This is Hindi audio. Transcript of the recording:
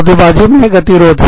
सौदेबाजी सौदाकारी मे गतिरोध